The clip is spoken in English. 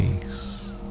peace